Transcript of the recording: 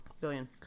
Billion